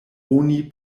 oni